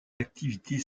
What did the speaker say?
activités